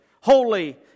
holy